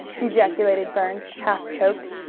ejaculated burns, half choked.